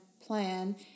plan